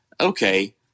okay